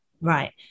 Right